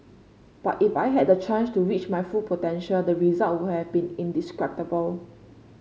but if I had the chance to reach my full potential the result would have been indescribable